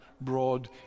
broad